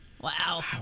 Wow